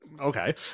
Okay